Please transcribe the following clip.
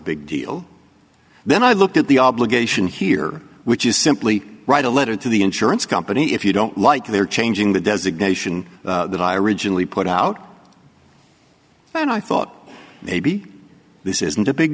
big deal then i looked at the obligation here which is simply write a letter to the insurance company if you don't like their changing the designation that i originally put out then i thought maybe this isn't a big